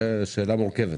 זה שאלה מורכבת.